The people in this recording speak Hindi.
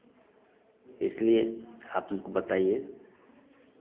इसलिए आप हमको बताइए